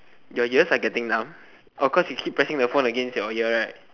your ears are getting numb oh cause you keep pressing the phone against your ear right